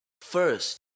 first